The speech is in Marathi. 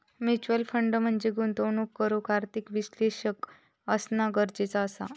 म्युच्युअल फंड मध्ये गुंतवणूक करूक आर्थिक विश्लेषक असना गरजेचा असा